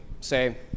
Say